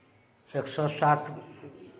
एक सए सात